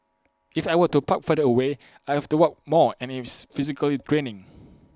if I were to park further away I have to walk more and it's physically draining